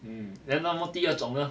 um then 那么第二种呢